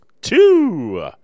two